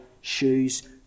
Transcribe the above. shoes